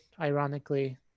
ironically